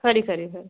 खरी खरी खरी